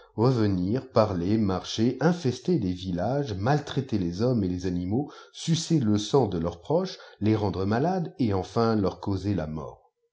revenir parler marcher infester les villages maltraiter les homineset les animaux sucer le sang de leurs proches lès rendre malams et enfin leur causer la mort